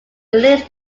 relates